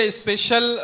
special